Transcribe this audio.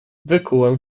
wykułem